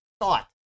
thought